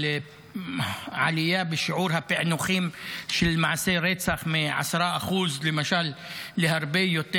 על עלייה בשיעור הפענוחים של מעשי רצח מ-10% למשל להרבה יותר,